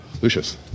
Lucius